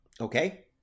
Okay